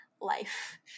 life